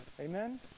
Amen